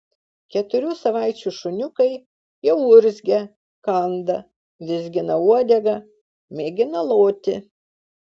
keturių savaičių šuniukai jau urzgia kanda vizgina uodegą mėgina loti